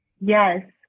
Yes